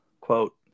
quote